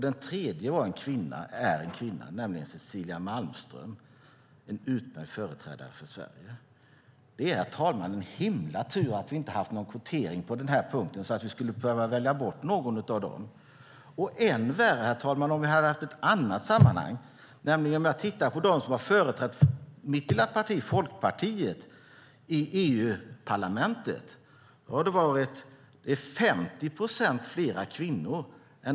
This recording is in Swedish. Den tredje är en kvinna, nämligen Cecilia Malmström - en utmärkt företrädare för Sverige. Herr talman! Det är en himla tur att vi inte har haft någon kvotering på den här punkten så att vi skulle behöva välja bort någon av dessa. Ännu värre hade det varit, herr talman, om vi hade haft ett annat sammanhang och tittat på dem som har företrätt mitt lilla parti, Folkpartiet, i EU-parlamentet. Det har varit 50 procent fler kvinnor än män.